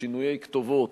שינויי כתובות